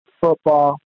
football